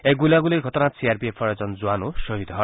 এই গুলীয়াগুলীৰ ঘটনাত চি আৰ পি এফৰ এজন জোৱানো খহীদ হয়